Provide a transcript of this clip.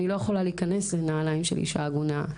אני לא יכולה להיכנס לנעליים של אישה עגונה,